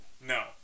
No